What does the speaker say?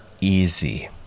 easy